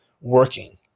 working